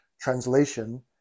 translation